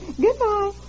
Goodbye